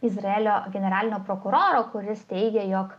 izraelio generalinio prokuroro kuris teigė jog